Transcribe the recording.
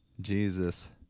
Jesus